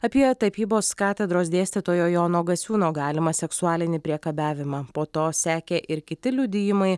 apie tapybos katedros dėstytojo jono gasiūno galimą seksualinį priekabiavimą po to sekė ir kiti liudijimai